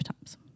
times